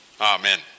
Amen